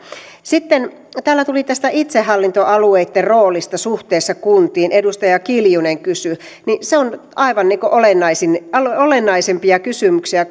sitten täällä tuli tästä itsehallintoalueitten roolista suhteessa kuntiin edustaja kiljunen kysyi se on aivan olennaisimpia olennaisimpia kysymyksiä